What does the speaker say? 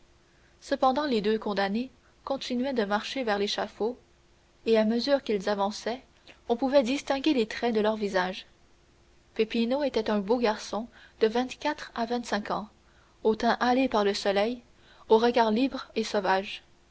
cependant les deux condamnés continuaient de marcher vers l'échafaud et à mesure qu'ils avançaient on pouvait distinguer les traits de leur visage peppino était un beau garçon de vingt-quatre à vingt-six ans au teint hâlé par le soleil au regard libre et sauvage